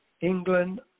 England